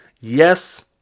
Yes